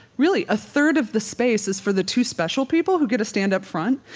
really a third of the space is for the two special people who get to stand up front.